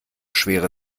schwere